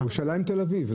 מירושלים לתל אביב.